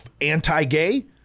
anti-gay